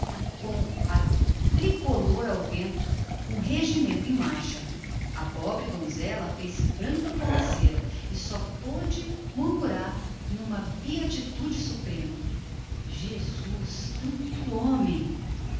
a tricolor ao vento um regimento em marcha a pobre donzella fez-se branca como a cêra e só poude murmurar n'uma beatitude suprema jesus tanto homem